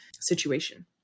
situation